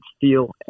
feel